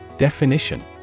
Definition